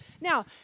Now